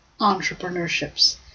entrepreneurships